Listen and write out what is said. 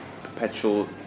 perpetual